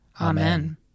Amen